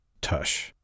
Tush